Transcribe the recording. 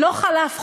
לא חלף חודש,